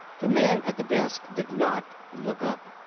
the man at the desk did not look up.